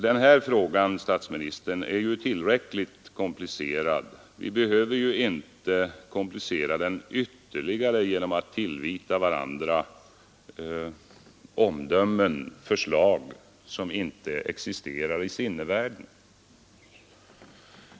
Den här frågan, herr statsminister, är redan tillräckligt komplicerad för att vi inte skall behöva komplicera den ytterligare genom att tillvita varandra omdömen och förslag som inte existerar i sinnevärlden.